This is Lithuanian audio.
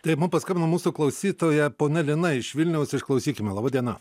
taip mum paskambino mūsų klausytoja ponia lina iš vilniaus išklausykime laba diena